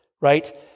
right